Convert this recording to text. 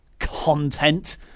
content